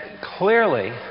clearly